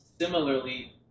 similarly